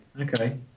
Okay